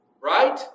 Right